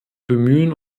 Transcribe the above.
bemühen